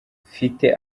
mfite